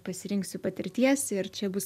pasirinksiu patirties ir čia bus